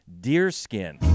Deerskin